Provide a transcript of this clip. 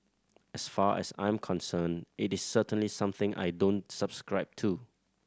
as far as I'm concerned it is certainly something I don't subscribe to